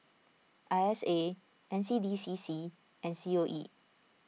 I S A N C D C C and C O E